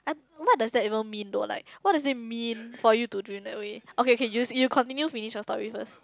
what what does that even mean though like what does it mean for you to dream that way okay okay you you continue finish your story first